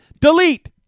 Delete